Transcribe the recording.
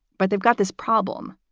but they've got this problem.